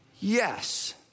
Yes